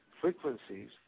frequencies